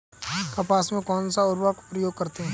कपास में कौनसा उर्वरक प्रयोग करते हैं?